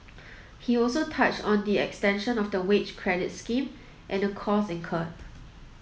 he also touched on the extension of the wage credit scheme and the costs incurred